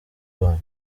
rwanyu